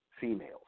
females